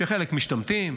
חלק משתמטים,